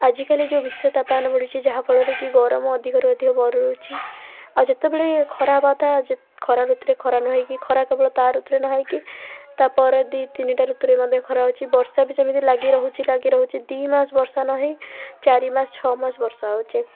ଆଜିକାଲି ଯଉ ବିଶ୍ୱ ତାପମାନ ବଢ଼ୁଛି ଯାହାଫଳରେକି ଗରମ ଅଧିକରୁ ଅଧିକ ବଢ଼ୁଛି ଆଉ ଯେତେବେଳେ ଖରା ହବା କଥା ଖରା ଋତୁରେ ଖରା ନ ହେଇକି ଖରା କେବଳ ତା' ଋତୁରେ ନ ହେଇକି ତା'ପର ଦୁଇ ତିନିଟା ଋତୁରେ ମଧ୍ୟ ଖରା ହଉଛି ବର୍ଷା ବି ସେମିତି ଲାଗି ରହୁଛି ଲାଗି ରହୁଛି ଦୁଇ ମାସ ବର୍ଷା ନ ହେଇ ଚାରି ମାସ ଛଅ ମାସ ବର୍ଷା ହେଉଛି